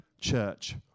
church